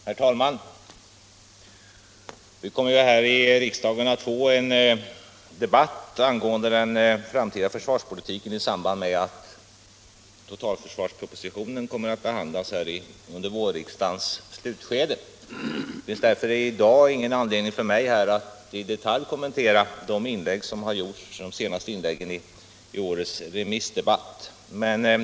Herr talman! Vi kommer här i riksdagen att få en debatt angående den framtida försvarspolitiken i samband med att totalförsvarspropositionen behandlas i vårriksdagens slutskede. Därför har jag ingen anledning att i detalj kommentera de senaste inlägg som gjorts i årets remissdebatt.